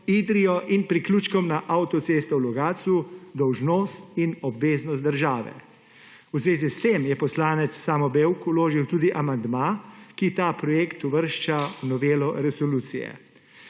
Idrijo in priključkom na avtocesto v Logatcu, dolžnost in obveznost države. V zvezi s tem je poslanec Samo Bevk vložil tudi amandma, ki ta projekt uvršča v novelo resolucije.